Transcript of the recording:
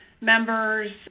members